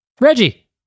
Reggie